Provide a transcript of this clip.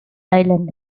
island